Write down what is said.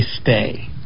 stay